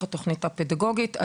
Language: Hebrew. אז זה מוטמע בתוך התוכנית הפדגוגית.